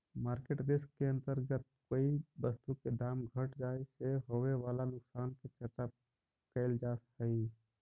market risk के अंतर्गत कोई वस्तु के दाम घट जाए से होवे वाला नुकसान के चर्चा कैल जा हई